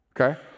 Okay